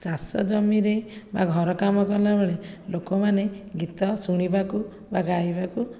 ଚାଷ ଜମିରେ ବା ଘର କାମ କଲାବେଳେ ଲୋକମାନେ ଗୀତ ଶୁଣିବାକୁ ବା ଗାଇବାକୁ